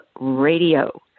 Radio